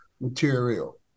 material